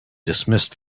dismissed